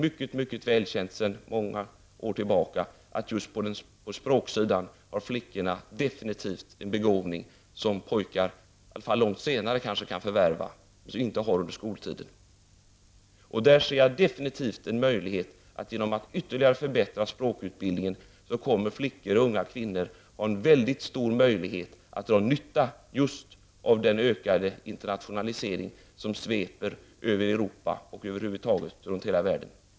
Det är sedan många år tillbaka välkänt att just flickorna när det gäller språksidan definivt har en begåvning som pojkarna kanske långt senare kan förvärva. Genom att ytterligare förbättra språkutbildningen kommer flickor och unga kvinnor att kunna dra stor nytta av den ökade internationalisering som sveper över Europa och över huvud taget över hela världen.